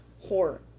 horror